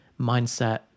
mindset